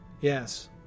Yes